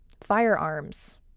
firearms